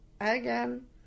again